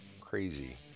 crazy